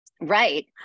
right